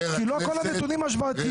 כי לא כל הנתונים ההשוואתיים.